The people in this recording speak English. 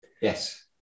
yes